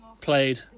played